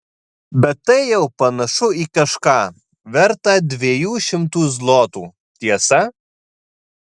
bet tai jau panašu į kažką vertą dviejų šimtų zlotų tiesa